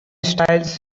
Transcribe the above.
styles